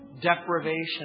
deprivation